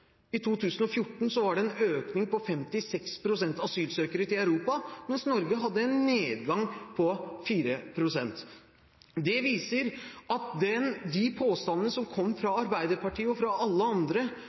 I 2014 var det en økning av asylsøkere til Europa på 56 pst., mens Norge hadde en nedgang på 4 pst. Det viser at de påstandene som kom fra Arbeiderpartiet og fra alle andre